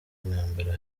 intambara